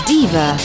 Diva